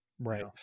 Right